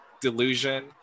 Delusion